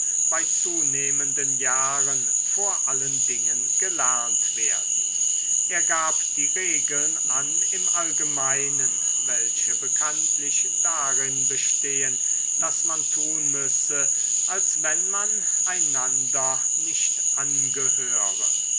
bei zunehmenden jahren vor allen dingen gelernt werden er gab die regeln an im allgemeinen welche bekanntlich darin bestehen daß man tun müsse als wenn man einander nicht angehöre